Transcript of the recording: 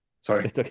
sorry